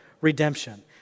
redemption